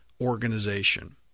organization